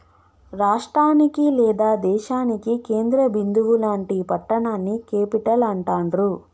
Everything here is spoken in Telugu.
రాష్టానికి లేదా దేశానికి కేంద్ర బిందువు లాంటి పట్టణాన్ని క్యేపిటల్ అంటాండ్రు